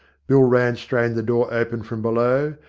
bill rann strained the door open from below,